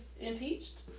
impeached